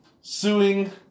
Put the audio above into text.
suing